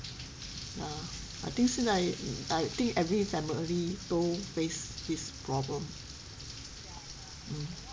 uh I think 现在 I think every family 都 face this problem